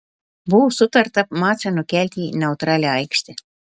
buvo sutarta mačą nukelti į neutralią aikštę